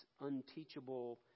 unteachable